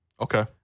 Okay